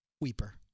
weeper